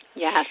Yes